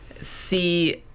see